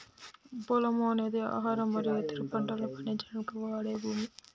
పొలము అనేది ఆహారం మరియు ఇతర పంటలను పండించడానికి వాడే భూమి